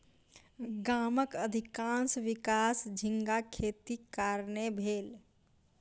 गामक अधिकाँश विकास झींगा खेतीक कारणेँ भेल